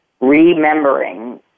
remembering